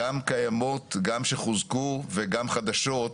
גם קיימות, גם שחוזקו וגם חדשות.